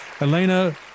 Elena